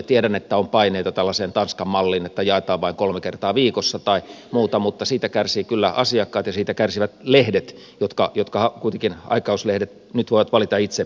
tiedän että on paineita tällaiseen tanskan malliin että posti jaetaan vain kolme kertaa viikossa tai muuta mutta siitä kärsivät kyllä asiakkaat ja siitä kärsivät aikakauslehdet jotka kuitenkin nyt voivat valita itse ilmestymispäivänsä